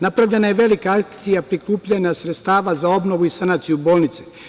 Napravljena je velika akcija prikupljanja sredstava za obnovu i sanaciju bolnice.